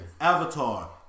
Avatar